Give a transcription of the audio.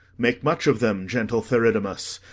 make much of them, gentle theridamas,